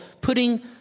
putting